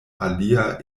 alia